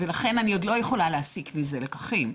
לכן אני עוד לא יכולה להסיק מזה לקחים.